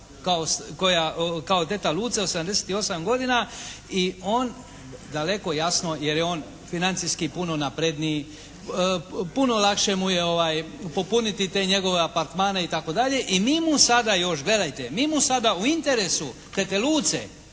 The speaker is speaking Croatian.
kao teta Luce u 78 godina i on daleko jasno jer je on financijski puno napredniji, puno lakše mu je popuniti te njegove apartmane itd. I mi mu sada još, gledajte mi mu sada u interesu tete Luce